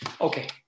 Okay